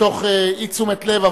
מתוך אי תשומת לב,